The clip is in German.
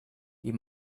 die